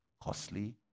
Costly